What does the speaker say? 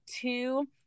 two